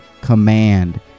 command